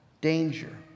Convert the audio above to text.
danger